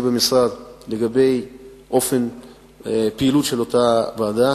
במשרד לגבי אופן הפעילות של אותה ועדה,